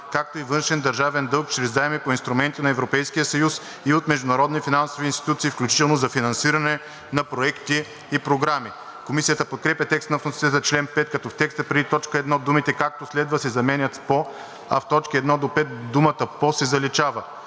„както и външен държавен дълг чрез заеми по инструменти на Европейския съюз и от международни финансови институции, включително за финансиране на проекти и програми“. Комисията подкрепя текста на вносителя за чл. 5, като в текста преди т. 1 думите „както следва“ се заменят с „по“, а в т. 1 – 5 думата „по“ се заличава.